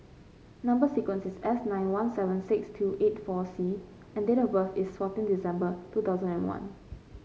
number sequence is S nine one seven six two eight four C and date of birth is fourteen December two thousand and one